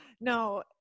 no